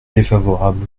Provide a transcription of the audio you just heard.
défavorable